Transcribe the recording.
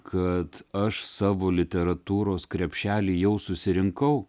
kad aš savo literatūros krepšelį jau susirinkau